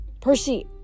Percy